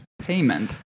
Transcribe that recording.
payment